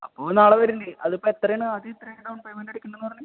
അപ്പോൾ നാളെ വരുന്നുണ്ട് അതിപ്പോൾ എത്രയാണ് ആദ്യം എത്രയാണ് ഡൗൺ പേയ്മെൻറ്റ് അടയ്ക്കേണ്ടത് പറഞ്ഞത്